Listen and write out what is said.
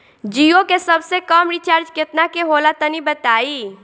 जीओ के सबसे कम रिचार्ज केतना के होला तनि बताई?